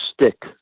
stick